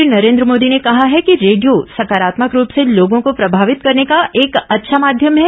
प्रधानमंत्री नरेंद्र मोदी ने कहा है कि रेडियो सकारात्मक रूप से लोगों को प्रभावित करने का एक अच्छा माध्यम है